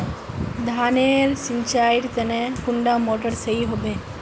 धानेर नेर सिंचाईर तने कुंडा मोटर सही होबे?